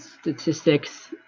statistics